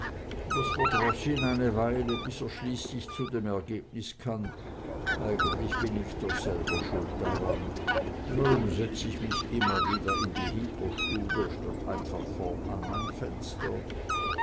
das verdroß ihn eine weile bis er schließlich zu dem ergebnis kam eigentlich bin ich doch selber schuld daran warum setz ich mich immer wieder in die hinterstube statt einfach vorn an mein fenster